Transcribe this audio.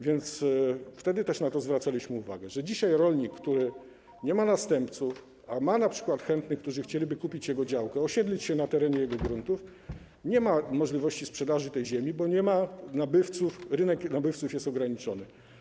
Wtedy też zwracaliśmy uwagę na to, że rolnik, który nie ma następców, a ma np. chętnych, którzy chcieliby kupić jego działkę, osiedlić się na jego gruntach, nie ma możliwości sprzedaży ziemi, bo nie ma nabywców, rynek nabywców jest ograniczony.